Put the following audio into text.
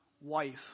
wife